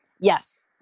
yes